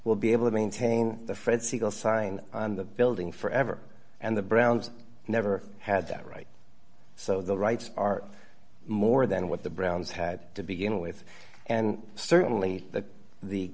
will be able to maintain the fred siegel sign on the building forever and the browns never had that right so the rights are more than what the browns had to begin with and certainly that the